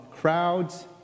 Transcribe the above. crowds